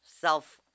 self